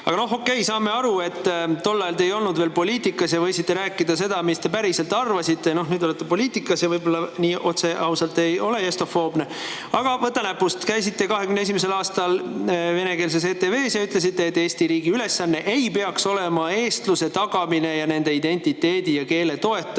Aga noh, okei, saame aru, et tol ajal te ei olnud veel poliitikas ja võisite rääkida seda, mida te päriselt arvasite. Nüüd te olete poliitikas ja võib-olla ei ole nii otse ja ausalt estofoobne. Aga võta näpust, te käisite 2021. aastal venekeelses ETV-s ja ütlesite, et Eesti riigi ülesanne ei peaks olema eestluse tagamine ja nende identiteedi ja keele toetamine.